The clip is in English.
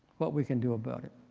what we can do about it.